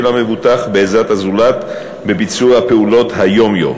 המבוטח בעזרת הזולת בביצוע פעולות היום-יום.